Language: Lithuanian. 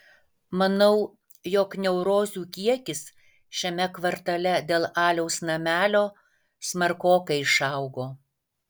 manau jog neurozių kiekis šiame kvartale dėl aliaus namelio smarkokai išaugo